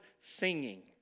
singing